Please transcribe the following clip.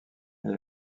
elle